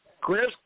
Chris